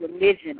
religion